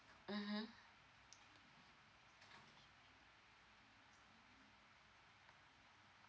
mmhmm